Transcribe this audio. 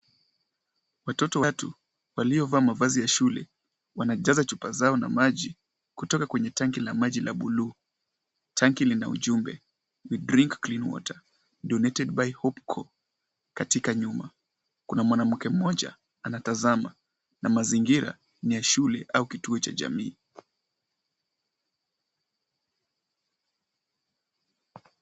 Watoto watatu waliovaa mavazi ya shule wanajaza chupa zao na maji kutoka kwenye tanki la maji la bluu. Tanki lina ujumbe We drink clean water donated by hopecore . Katika nyuma kuna mwanamke mmoja anatazama na mazingira ni ya shule au kituo cha jamii.